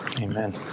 Amen